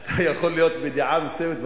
אתה יכול להיות בדעה מסוימת,